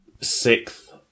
Sixth